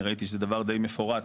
אני ראיתי שזה דבר די מפורט,